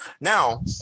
Now